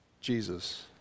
Jesus